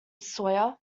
sawyer